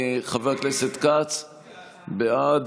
חבר הכנסת כץ, בעד,